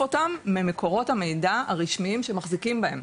אותם ממקורות המידע הרשמיים שמחזיקים בהם.